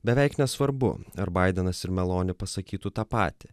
beveik nesvarbu ar baidenas ir meloni pasakytų tą patį